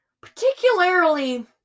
particularly